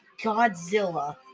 Godzilla